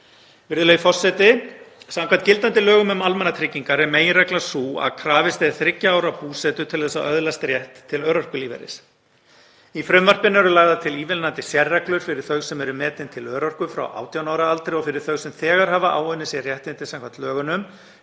Virðulegi forseti. Samkvæmt gildandi lögum um almannatryggingar er meginreglan sú að krafist er þriggja ára búsetu til þess að öðlast rétt til örorkulífeyris. Í frumvarpinu eru lagðar til ívilnandi sérreglur fyrir þau sem eru metin til örorku frá 18 ára aldri og fyrir þau sem þegar hafa áunnið sér réttindi samkvæmt lögunum